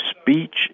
speech